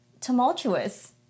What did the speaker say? tumultuous